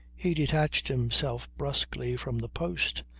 he detached himself brusquely from the post,